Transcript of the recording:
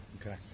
Okay